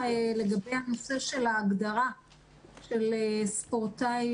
של ההגדרה של ספורטאי